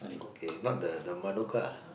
okay not the the Manuka ah